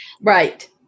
Right